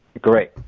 great